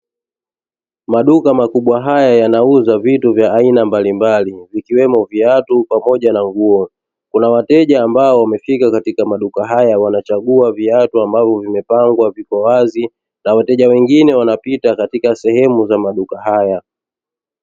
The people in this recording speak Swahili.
Maduka makubwa haya yanauza vitu vya aina mbalimbali ikiwemo viatu pamoja na nguo kuna wateja ambao wamefika katika maduka haya wanachagua viatu, ambavyo vimepangwa viko wazi na wateja wengine wanapita katika sehemu za maduka haya.